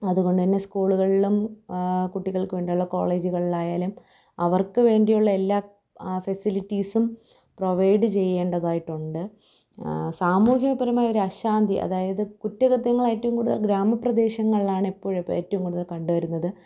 അതുകൊണ്ട് തന്നെ സ്കൂളുകളിലും കുട്ടികൾക്ക് വേണ്ടി ഉള്ള കോളേജുകളിലായാലും അവർക്ക് വേണ്ടിയുള്ള എല്ലാ ഫെസിലിറ്റീസും പ്രൊവൈഡ് ചെയ്യേണ്ടതായിട്ട് ഉണ്ട് സാമൂഹികപരമായ ഒരശാന്തി അതായത് കുറ്റകൃത്യങ്ങളേറ്റവും കൂടുതല് ഗ്രാമപ്രദേശങ്ങളിലാണെപ്പോഴും ഏറ്റവും കൂടുതൽ കണ്ട് വരുന്നത്